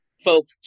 folk